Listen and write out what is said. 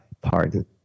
pardon